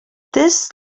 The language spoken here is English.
this